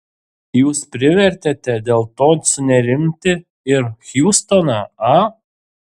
jūs privertėte dėl to sunerimti ir hjustoną a